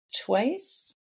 twice